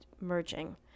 merging